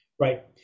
right